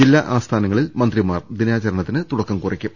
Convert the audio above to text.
ജില്ലാ ആസ്ഥാനങ്ങളിൽ മന്ത്രിമാർ ദിനാചരണത്തിന് തുടക്കം കുറിക്കും